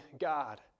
God